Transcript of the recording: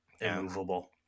immovable